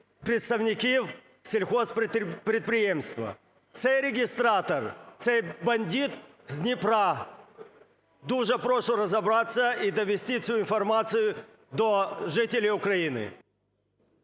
представників сільгосппідприємства. Цей регістратор, цей бандит з Дніпра… Дуже прошу розібратися і довести цю інформацію до жителів України.